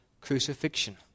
crucifixion